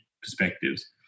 perspectives